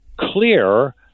clear